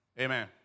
Amen